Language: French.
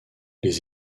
les